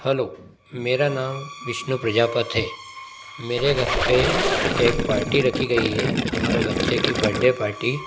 hello मेरा नाम विष्णु प्रजापति हे मेरे घर पे एक पार्टी रखी गई है हमारे बच्चे की बड्डे पार्टी